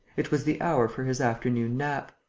it was the hour for his afternoon nap.